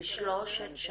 בשלוש שנים?